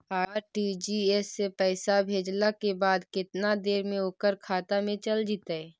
RTGS से पैसा भेजला के बाद केतना देर मे ओकर खाता मे चल जितै?